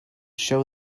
show